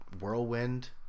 whirlwind